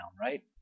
right